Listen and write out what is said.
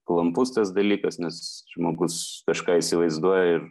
klampus tas dalykas nes žmogus kažką įsivaizduoja ir